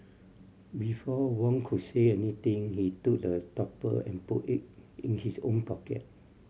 before Wong could say anything he took the topper and put it in his own pocket